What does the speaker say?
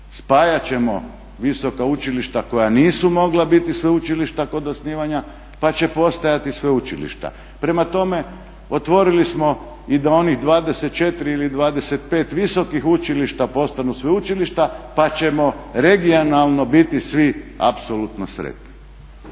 Spajat ćemo visoka učilišta koja nisu mogla biti sveučilišta kod osnivanja pa će postajati sveučilišta. Prema tome, otvorili smo i da onih 24 ili 25 visokih učilišta postanu sveučilišta pa ćemo regionalno biti svi apsolutno sretni.